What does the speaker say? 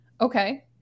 Okay